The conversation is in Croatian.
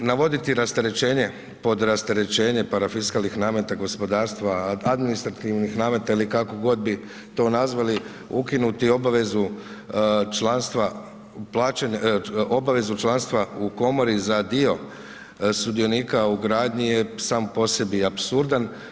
Navoditi rasterečenje pod rasterečenje parafiskalnih nameta gospodarstva, administrativnih nameta ili kako god bi to nazvali, ukinuti obvezu članstva plaćanja, obavezu članstva u komori za dio sudionika u gradnji je sam po sebi apsurdan.